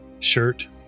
shirt